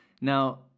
Now